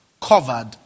covered